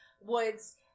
woods